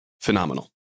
phenomenal